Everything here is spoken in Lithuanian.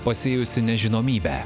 pasėjusi nežinomybę